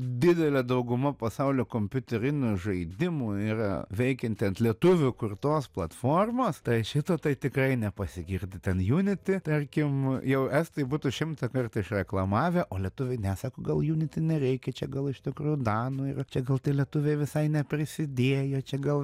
didelė dauguma pasaulio kompiuterinių žaidimų yra veikianti ant lietuvių kurtos platformos tai šito tai tikrai nepasigirdi ten juniti tarkim jau estai būtų šimtą kartą išreklamavę o lietuviai ne sako gal juniti nereikia čia gal iš tikrųjų danų yra čia gal tie lietuviai visai neprisidiejo čia gal